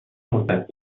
مدت